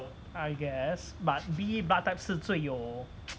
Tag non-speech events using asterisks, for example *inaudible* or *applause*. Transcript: I guess but B blood type 是最有 *noise*